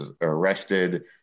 arrested